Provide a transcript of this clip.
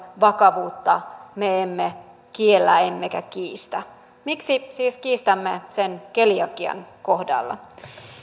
vakavuutta me emme kiellä emmekä kiistä miksi siis kiistämme sen keliakian kohdalla